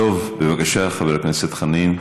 דב, בבקשה, חבר הכנסת דב חנין.